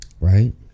right